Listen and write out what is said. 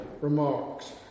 remarks